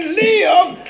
live